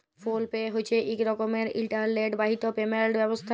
ফোল pay হছে ইক রকমের ইলটারলেট বাহিত পেমেলট ব্যবস্থা